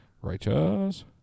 Righteous